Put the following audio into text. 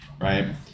right